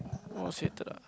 orh see later ah